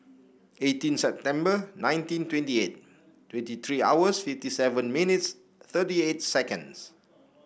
eighteen September nineteen twenty eight twenty three hours fifty seven minutes thirty eight seconds